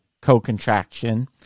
co-contraction